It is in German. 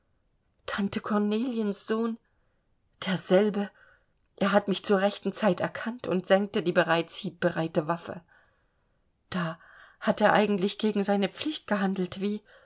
tante korneliens sohn derselbe er hat mich zur rechten zeit erkannt und senkte die bereits hiebbereite waffe da hat er eigentlich gegen seine pflicht gehandelt wie